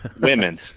women